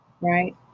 Right